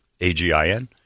A-G-I-N